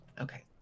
Okay